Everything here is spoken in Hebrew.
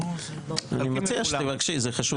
אני מציע שתבקשי, חשוב לדעת.